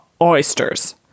oysters